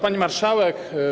Pani Marszałek!